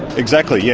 exactly, yeah